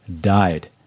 died